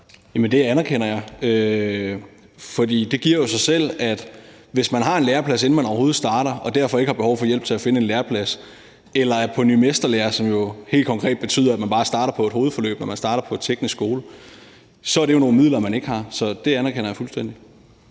det anerkender jeg, for det giver jo sig selv, at hvis man har en læreplads, inden man overhovedet starter, og derfor ikke har behov for hjælp til at finde en læreplads, eller er på ny mesterlære-forløb, som helt konkret betyder, at man bare starter på et hovedforløb, når man starter på teknisk skole, er det jo nogle midler, man ikke har. Så det anerkender jeg fuldstændig.